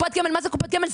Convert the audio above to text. מה זה קופות גמל?